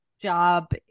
job